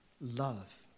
love